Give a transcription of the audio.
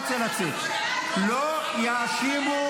לא היית,